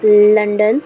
London